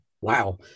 Wow